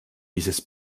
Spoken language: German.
dieses